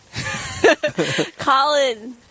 Colin